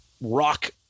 rock